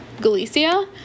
Galicia